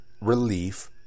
relief